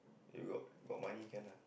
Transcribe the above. you got got money can lah